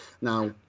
now